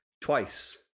twice